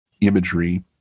imagery